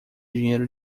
dinheiro